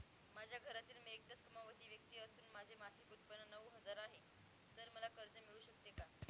माझ्या घरातील मी एकटाच कमावती व्यक्ती असून माझे मासिक उत्त्पन्न नऊ हजार आहे, तर मला कर्ज मिळू शकते का?